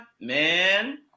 man